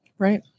Right